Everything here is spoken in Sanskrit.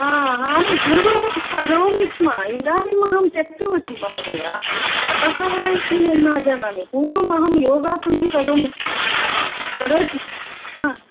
हा अहं पूर्वं करोमि स्म इदानीमहं त्यक्तवती महोदय अतः वा इति न जानामि पूर्वमहं योगासनं करोमि स्म करोति हा